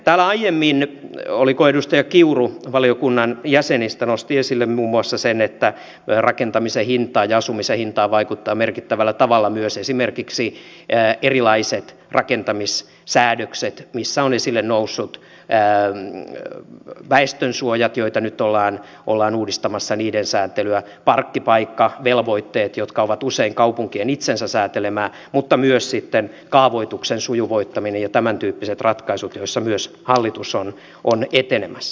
täällä aiemmin oliko edustaja kiuru valiokunnan jäsenistä joka nosti esille muun muassa sen että rakentamisen hintaan ja asumisen hintaan vaikuttaa merkittävällä tavalla myös esimerkiksi erilaiset rakentamissäädökset missä on esille noussut väestönsuojat joiden sääntelyä nyt ollaan uudistamassa parkkipaikkavelvoitteet jotka ovat usein kaupunkien itsensä säätelemää mutta myös sitten kaavoituksen sujuvoittaminen ja tämäntyyppiset ratkaisut joissa myös hallitus on etenemässä